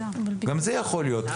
גם זה יכול להיות,